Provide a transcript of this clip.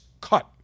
cut